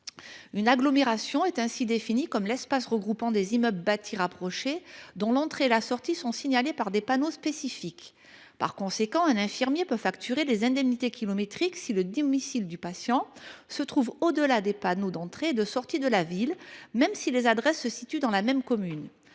une agglomération est l’« espace sur lequel sont groupés des immeubles bâtis rapprochés et dont l’entrée et la sortie sont signalées par des panneaux » spécifiques. Par conséquent, un infirmier doit pouvoir facturer les indemnités kilométriques si le domicile du patient se trouve au delà des panneaux d’entrée et de sortie de la ville, même si les adresses se situent dans la même commune.